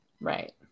Right